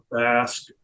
ask